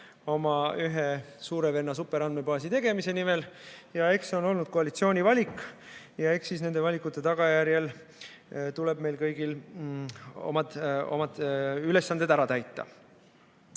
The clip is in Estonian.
oma ühe suure venna superandmebaasi tegemise nimel. Aga eks see on olnud koalitsiooni valik ja eks siis nende valikute tagajärjel tuleb meil kõigil oma ülesanded ära täita. Nüüd